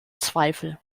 zweifel